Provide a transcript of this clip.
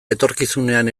etorkizunean